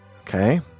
Okay